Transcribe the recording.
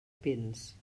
pins